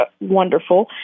wonderful